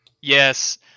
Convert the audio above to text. Yes